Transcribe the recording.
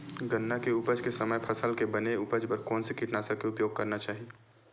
गन्ना के उपज के समय फसल के बने उपज बर कोन से कीटनाशक के उपयोग करना चाहि?